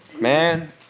man